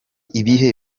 ibihe